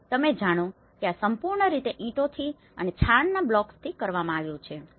તમે જાણો છો કે આ સંપૂર્ણ રીતે ઇંટોથી અને છાણના બ્લોક્સથી કરવામાં આવ્યું છે